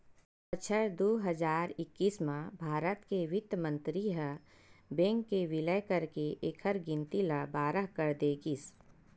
बछर दू हजार एक्कीस म भारत के बित्त मंतरी ह बेंक के बिलय करके एखर गिनती ल बारह कर दे गिस